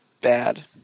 bad